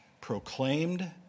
proclaimed